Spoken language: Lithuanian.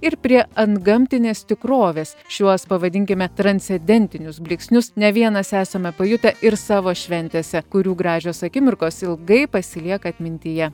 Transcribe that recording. ir prie antgamtinės tikrovės šiuos pavadinkime transcedentinius blyksnius ne vienas esame pajutę ir savo šventėse kurių gražios akimirkos ilgai pasilieka atmintyje